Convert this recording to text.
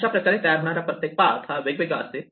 अशाप्रकारे तयार होणारा प्रत्येक पाथ हा वेगवेगळा असेल